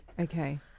Okay